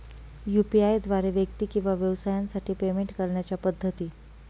UPI द्वारे व्यक्ती किंवा व्यवसायांसाठी पेमेंट करण्याच्या पद्धती